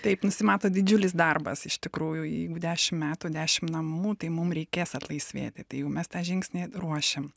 taip nusimato didžiulis darbas iš tikrųjų jeigu dešimt metų dešimt namų tai mum reikės atlaisvėti tai jau mes tą žingsnį ruošiam